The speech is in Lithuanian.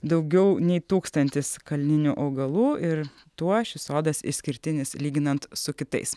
daugiau nei tūkstantis kalninių augalų ir tuo šis sodas išskirtinis lyginant su kitais